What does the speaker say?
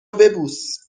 ببوس